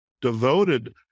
devoted